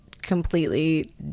completely